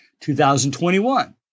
2021